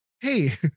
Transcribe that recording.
Hey